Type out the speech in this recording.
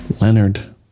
Leonard